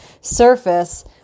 surface